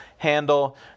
Handle